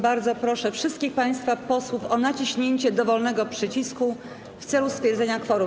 Bardzo proszę wszystkich państwa posłów o naciśnięcie dowolnego przycisku w celu stwierdzenia kworum.